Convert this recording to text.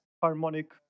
harmonic